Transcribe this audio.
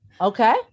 Okay